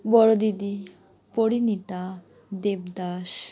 বড় দিদি পরিণীতা দেবদাস